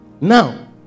Now